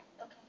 Okay